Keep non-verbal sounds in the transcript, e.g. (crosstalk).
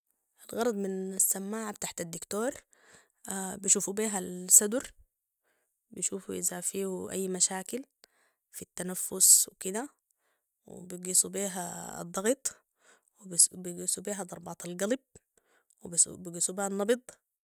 الغرض من السماعة بتاعة الدكتور (hesitation) بيشوفوا بيها الصدر، بيشوفوا إذا فيو أي مشاكل في التنفس وكده وبيقيسوا بيها الضغط وبيقيسوا بيها ضربات القلب و- بيقيسوا بيها النبض